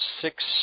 six